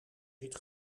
zit